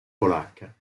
polacca